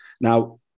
Now